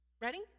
Ready